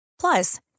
Plus